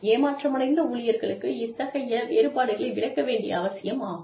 ஏமாற்றமடைந்த ஊழியர்களுக்கு இத்தகைய வேறுபாடுகளை விளக்க வேண்டியது அவசியம் ஆகும்